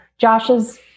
Josh's